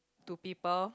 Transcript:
to people